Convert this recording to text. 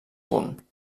punt